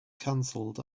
canceled